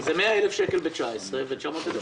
זה 100,000 שקל ב-2019 ו-900,000 שקל ב-2020.